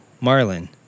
marlin